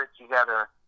together